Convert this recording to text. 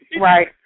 Right